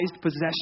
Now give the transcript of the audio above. possession